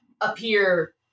appear